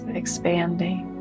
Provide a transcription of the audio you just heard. expanding